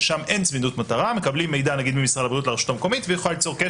שעות אם מדובר למשל על התייצבות לשירות.